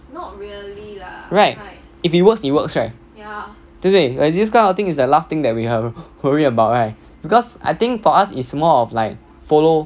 right if it works it works right 对不对 ya this kind of thing is the last thing that we worry about right because I think for us is more of like follow